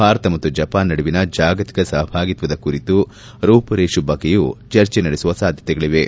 ಭಾರತ ಮತ್ತು ಜಪಾನ್ ನಡುವಿನ ಜಾಗತಿಕ ಸಹಭಾಗೀತ್ವದ ಕುರಿತು ರೂಪುರೇಷೆ ಬಗ್ಗೆಯು ಚರ್ಚೆ ನಡೆಸುವ ಸಾಧ್ಯತೆಗಳಿವೆ